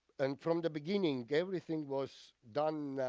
and from the beginning, everything was done